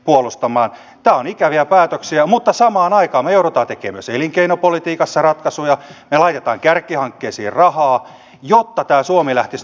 nämä ovat ikäviä päätöksiä mutta samaan aikaan me joudumme tekemään myös elinkeinopolitiikassa ratkaisuja me laitamme kärkihankkeisiin rahaa jotta tämä suomi lähtisi nousemaan